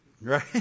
Right